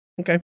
Okay